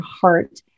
heart